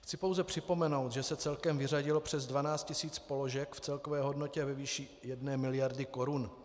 Chci pouze připomenout, že se celkem vyřadilo přes 12 tisíc položek v celkové hodnotě ve výši jedné miliardy korun.